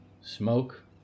Smoke